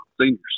seniors